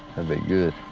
be good.